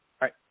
right